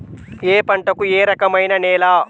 ఏ పంటకు ఏ రకమైన నేల?